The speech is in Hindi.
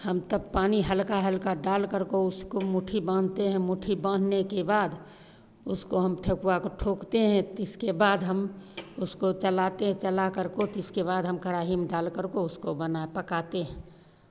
हम तब पानी हल्का हल्का डालकर को उसको मुट्ठी बाँधते हैं मुट्ठी बाँधने के बाद उसको हम ठेकुआ को ठोकते हैं तिसके बाद हम उसको चलाते हैं चलाकर को तिसके बाद हम कड़ाही में डालकर को उसको बना पकाते हैं